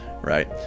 Right